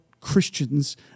Christians